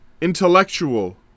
Intellectual